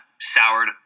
soured